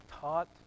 taught